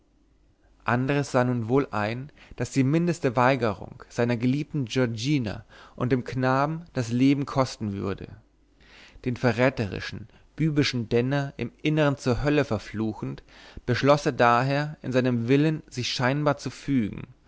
andres sah nun wohl ein daß die mindeste weigerung seiner geliebten giorgina und dem knaben das leben kosten würde den verräterischen bübischen denner im innern zur hölle verfluchend beschloß er daher in seinen willen sich scheinbar zu fügen